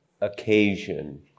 occasion